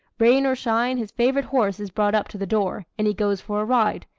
rain or shine, his favorite horse is brought up to the door, and he goes for a ride,